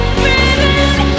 breathing